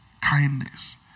kindness